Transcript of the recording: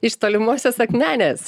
iš tolimosios akmenės